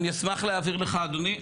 אני אשמח להעביר לך אדוני.